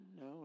No